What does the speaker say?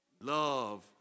Love